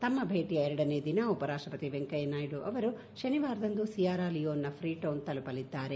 ತಮ್ಮ ಭೇಟಿಯ ಎರಡನೇ ದಿನ ಉಪರಾಷ್ಟ್ವಪತಿ ವೆಂಕಯ್ಯ ನಾಯ್ದು ಅವರು ಶನಿವಾರದಂದು ಸಿಯಾರಾ ಲಿಯೋನ್ನ ಫ್ರೀಟೌನ್ ತಲುಪಲಿದ್ದಾರೆ